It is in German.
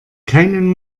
keinen